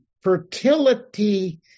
fertility